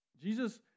Jesus